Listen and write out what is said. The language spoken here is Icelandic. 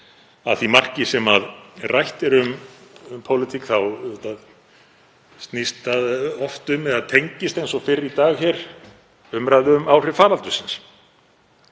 Að því marki sem rætt er um pólitík þá snýst það oft um eða tengist, eins og hér fyrr í dag, umræðu um áhrif faraldursins.